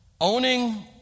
owning